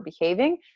behaving